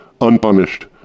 unpunished